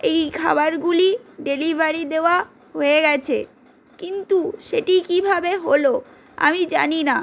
এই খাবারগুলি ডেলিভারি দেওয়া হয়ে গেছে কিন্তু সেটি কীভাবে হল আমি জানি না